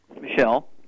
Michelle